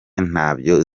ntabyo